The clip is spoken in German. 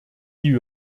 die